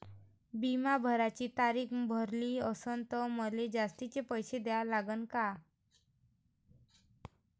बिमा भराची तारीख भरली असनं त मले जास्तचे पैसे द्या लागन का?